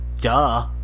Duh